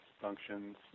functions